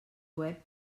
web